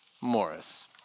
Morris